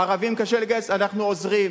ערבים קשה לגייס, אנחנו עוזרים.